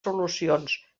solucions